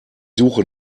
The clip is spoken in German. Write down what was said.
suche